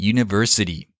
University